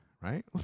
right